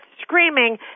screaming